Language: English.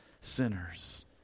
sinners